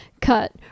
cut